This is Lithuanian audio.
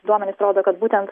duomenys rodo kad būtent